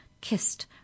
kissed